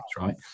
right